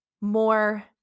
more